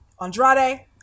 Andrade